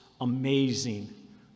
amazing